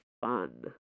fun